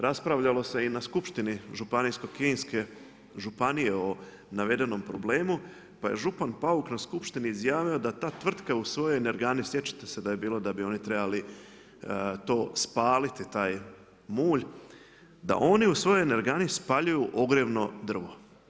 Raspravljalo se i na skupštini Šibensko-kninske županije o navedenom problemu pa je župan Pauk na skupštini izjavio da ta tvrtka u svojoj energani, sjećate se da je bilo, da bi oni trebali to spaliti taj mulj da oni u svojoj energani spaljuju ogrjevno drvo.